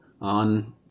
on